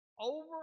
over